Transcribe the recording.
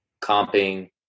comping